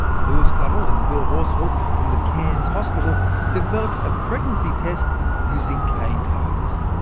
louis tuttle and bill horsfall from the cairns hospital developed a pregnancy test using cane toads.